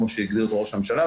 כמו שהגדיר ראש הממשלה.